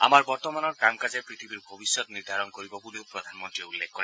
আমাৰ বৰ্তমানৰ কাম কাজে পৃথিৱীৰ ভৱিষ্যৎ নিৰ্ধাৰণ কৰিব বুলিও প্ৰধানমন্ত্ৰীয়ে উল্লেখ কৰে